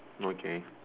okay